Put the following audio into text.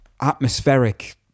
atmospheric